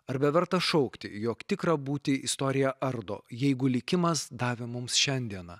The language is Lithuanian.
ar beverta šaukti jog tikrą būtį istorija ardo jeigu likimas davė mums šiandieną